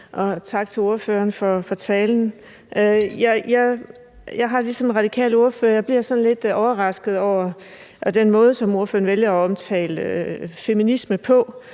radikale ordfører: Jeg bliver sådan lidt overrasket over den måde, som ordføreren vælger at omtale feminisme på.